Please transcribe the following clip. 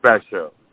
Special